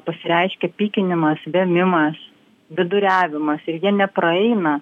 pasireiškia pykinimas vėmimas viduriavimas ir jie nepraeina